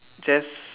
just